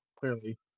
Clearly